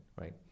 right